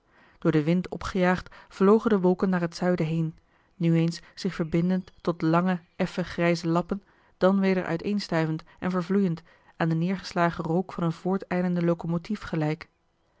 door den wind opgejaagd vlogen de wolken naar het zuiden heen nu eens zich verbindend tot lange effen grijze lappen dan weder uiteenstuivend en vervloeiend aan den neergeslagen rook van een voortijlende locomotief gelijk